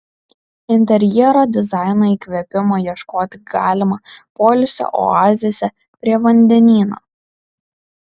interjero dizaino įkvėpimo ieškoti galima poilsio oazėse prie vandenyno